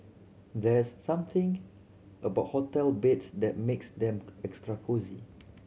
there's something about hotel beds that makes them extra cosy